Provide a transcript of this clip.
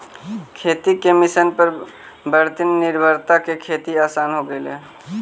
खेती के मशीन पर बढ़ीत निर्भरता से खेती आसान हो गेले हई